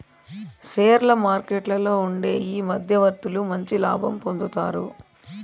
షేర్ల మార్కెట్లలో ఉండే ఈ మధ్యవర్తులు మంచి లాభం పొందుతారు